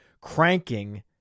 cranking